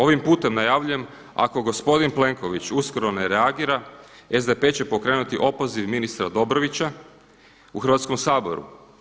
Ovim putem najavljujem ako gospodin Plenković uskoro ne reagira, SDP će pokrenuti opoziv ministra Dobrovića u Hrvatskom saboru.